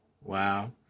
Wow